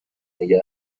نگه